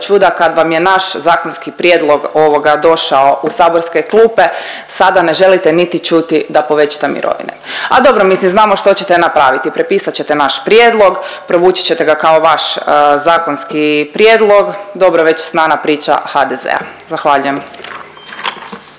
čuda kad vam je naš zakonski prijedlog došao u saborske klupe sada ne želite niti čuti da povećate mirovine. A dobro, mislim znamo što ćete napraviti. Prepisat ćete naš prijedlog, provući ćete ga kao vaš zakonski prijedlog, dobro već znana priča HDZ-a. Zahvaljujem.